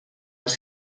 els